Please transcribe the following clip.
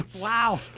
Wow